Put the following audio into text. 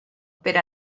per